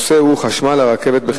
הנושא הוא: חשמל לרכבת בחיפה.